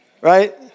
right